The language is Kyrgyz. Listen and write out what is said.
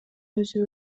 өзү